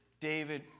David